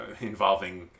involving